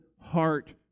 heart